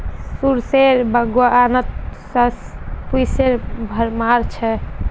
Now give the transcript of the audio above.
सुरेशेर बागानत शतपुष्पेर भरमार छ